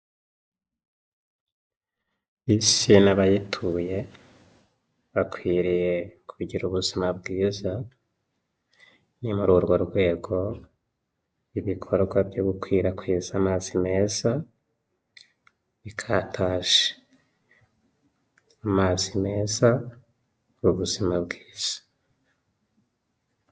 Isi n'abayituye bakwiriye kugira ubuzima bwiza, ni muri urwo rwego ibikorwa byo gukwirakwiza amazi meza bikataje. Amazi meza ni ubuzima bwiza.